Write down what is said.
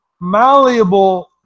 malleable